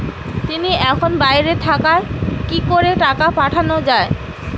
তিনি এখন বাইরে থাকায় কি করে টাকা পাঠানো য়ায়?